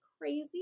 crazy